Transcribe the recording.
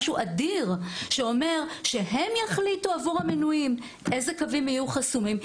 משהו אדיר שאומר שהם יחליטו עבור המנויים איזה קווים יהיו חסומים.